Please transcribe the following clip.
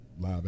live